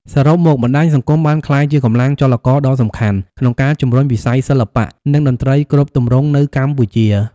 សរុបមក បណ្ដាញសង្គមបានក្លាយជាកម្លាំងចលករដ៏សំខាន់ក្នុងការជំរុញវិស័យសិល្បៈ និងតន្ត្រីគ្រប់ទម្រង់នៅកម្ពុជា។